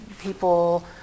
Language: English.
people